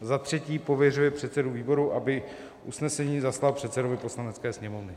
III. pověřuje předsedu výboru, aby usnesení zaslal předsedovi Poslanecké sněmovny.